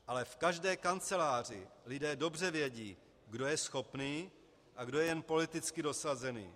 Ale v každé kanceláři lidé dobře vědí, kdo je schopný a kdo je jen politicky dosazený.